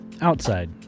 outside